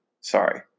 sorry